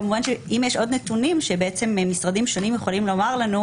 כמובן שאם יש עוד נתונים שמשרדים שונים יכולים לומר לנו,